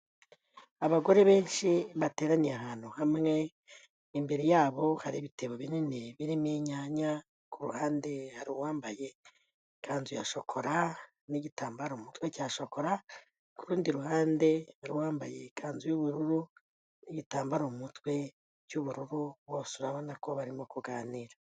Abagore benshi bateraniye ahantu hamwe, imbere yabo hari ibitebo binini birimo inyanya, ku ruhande hari uwambaye ikanzu ya shokora n'igitambaro mu mutwe cya shokora, ku rundi ruhande hari uwambaye ikanzu y'ubururu n'igitambaro mu mutwe cy'ubururu, bose urabona ko barimo kuganira.